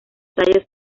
tallos